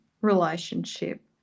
relationship